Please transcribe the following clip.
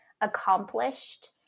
accomplished